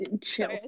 chill